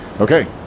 Okay